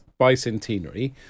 bicentenary